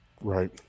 Right